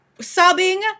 sobbing